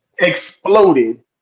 exploded